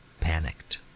panicked